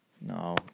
No